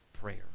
prayer